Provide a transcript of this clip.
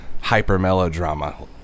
hyper-melodrama